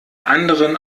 anderen